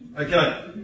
Okay